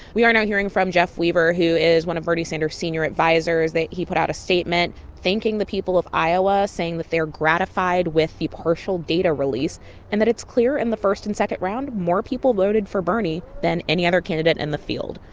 we are now hearing from jeff weaver, who is one of bernie sanders' senior advisers that he put out a statement thanking the people of iowa, saying that they're gratified with the partial data release and that it's clear in the first and second round more people voted for bernie than any other candidate in and the field.